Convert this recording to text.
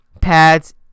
pads